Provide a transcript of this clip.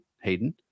Hayden